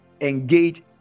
engage